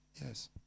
Yes